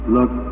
Look